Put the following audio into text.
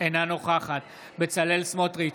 אינה נוכחת בצלאל סמוטריץ'